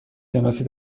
شناسی